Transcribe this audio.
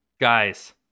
Guys